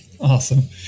Awesome